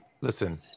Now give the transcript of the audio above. listen